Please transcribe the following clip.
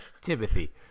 timothy